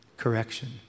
Correction